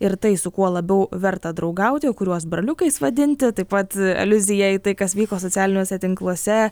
ir tai su kuo labiau verta draugauti o kuriuos braliukais vadinti taip pat aliuzija į tai kas vyko socialiniuose tinkluose